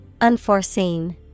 Unforeseen